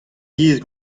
yezh